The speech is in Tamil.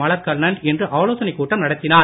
மலர்கண்ணன் இன்று ஆலோசனைக் கூட்டம் நடத்தினார்